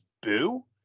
boo